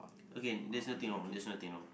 okay there's nothing wrong there's nothing wrong